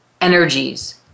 energies